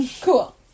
Cool